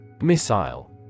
Missile